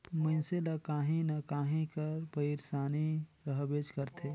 मइनसे ल काहीं न काहीं कर पइरसानी रहबेच करथे